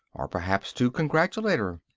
or perhaps to congratulate her.